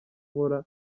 nkora